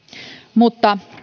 mutta